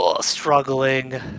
struggling